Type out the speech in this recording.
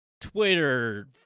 Twitter